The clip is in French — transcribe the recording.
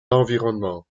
l’environnement